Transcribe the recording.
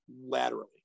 laterally